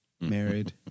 married